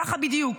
ככה בדיוק.